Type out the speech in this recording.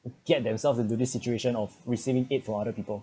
get themselves into this situation of receiving aid from other people